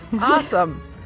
Awesome